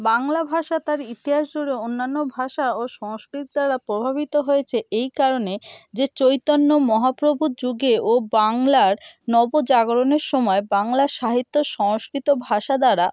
বাংল ভাষা তার ইতিহাস জুড়ে অন্যান্য ভাষা ও সংস্কৃত দ্বারা প্রভাবিত হয়েছে এই কারণে যে চৈতন্য মহাপ্রভুর যুগে ও বাংলার নবজাগরণের সময় বাংলা সাহিত্য সংস্কৃত ভাষা দ্বারা